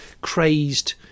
crazed